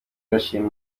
arashima